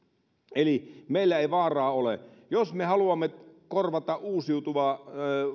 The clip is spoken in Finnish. eli meillä ei vaaraa ole jos me haluamme korvata